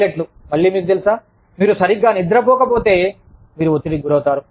పైలట్లు మళ్ళీ మీకు తెలుసా మీరు సరిగ్గా నిద్రపోకపోతే మీరు ఒత్తిడికి గురవుతారు